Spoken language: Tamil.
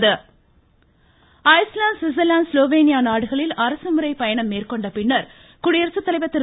குடியரசு தலைவர் ஐஸ்லாந்து சுவிட்சர்லாந்து ஸ்லோவேனியா நாடுகளில் அரசுமுறை பயணம் மேற்கொண்டபின் குடியரசு தலைவர் திரு